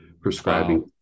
prescribing